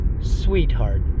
sweetheart